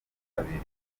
kabiri